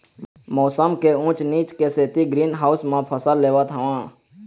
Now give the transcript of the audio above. मउसम के ऊँच नीच के सेती ग्रीन हाउस म फसल लेवत हँव